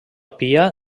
pia